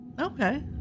Okay